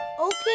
Okay